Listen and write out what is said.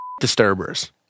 disturbers